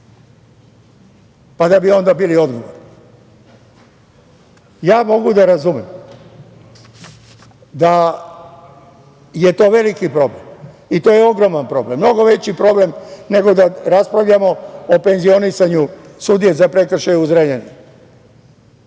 da bi onda bili odgovorni. Mogu da razumem da je to veliki problem i to je ogroman problem, mnogo veći problem nego da raspravljamo o penzionisanju sudije za prekršaj u Zrenjaninu,